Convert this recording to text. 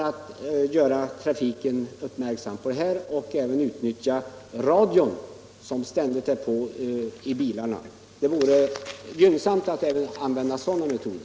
Detta kan man då också göra genom att utnyttja radion, som ständigt är påslagen i bilarna. Det vore värdefullt att använda även sådana metoder.